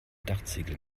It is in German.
dachziegel